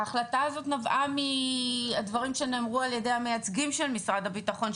ההחלטה הזו נבעה מהדברים שנאמרו על ידי המייצגים של משרד הביטחון,